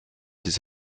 des